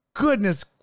Goodness